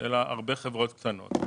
אלא הרבה חברות קטנות.